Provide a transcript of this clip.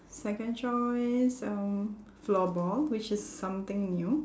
second choice um floorball which is something new